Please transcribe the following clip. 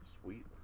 sweet